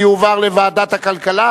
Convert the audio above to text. היא עוצרת כשיש אולי חשד סביר,